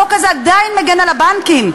החוק הזה עדיין מגן על הבנקים,